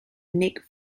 nick